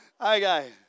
Okay